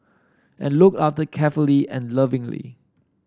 and looked after carefully and lovingly